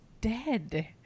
dead